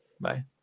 Bye